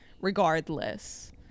regardless